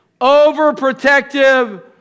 overprotective